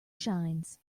shines